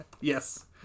Yes